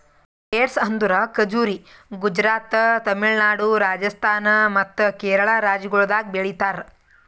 dates ಅಂದುರ್ ಖಜುರಿ ಗುಜರಾತ್, ತಮಿಳುನಾಡು, ರಾಜಸ್ಥಾನ್ ಮತ್ತ ಕೇರಳ ರಾಜ್ಯಗೊಳ್ದಾಗ್ ಬೆಳಿತಾರ್